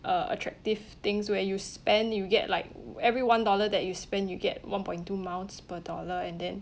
uh attractive things where you spend you get like every one dollar that you spend you get one point two miles per dollar and then